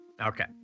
Okay